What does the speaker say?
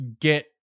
get